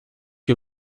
que